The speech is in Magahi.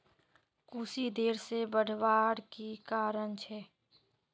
कुशी देर से बढ़वार की कारण छे?